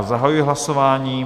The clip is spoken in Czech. Zahajuji hlasování.